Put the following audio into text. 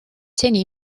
seni